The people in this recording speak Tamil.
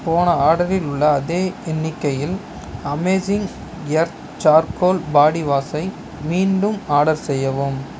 போன ஆர்டரில் உள்ள அதே எண்ணிக்கையில் அமேஸிங் எர்த் சார்கோல் பாடி வாஷை மீண்டும் ஆர்டர் செய்யவும்